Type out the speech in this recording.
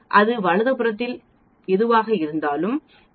அது வலது புறத்தில் எதுவாக இருந்தாலும் வழங்கியது 0